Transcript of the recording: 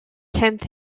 tenth